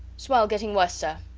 swell getting worse, sir.